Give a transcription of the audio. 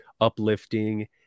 uplifting